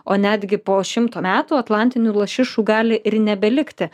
o netgi po šimto metų atlantinių lašišų gali ir nebelikti